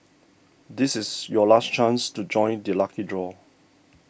this is your last chance to join the lucky draw